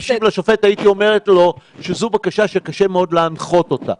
הייתי אומר לו שזו בקשה שקשה מאוד לאכוף אותה.